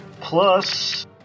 plus